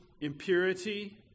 impurity